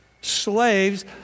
slaves